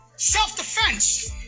Self-defense